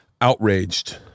outraged